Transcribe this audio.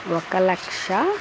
ఒక లక్ష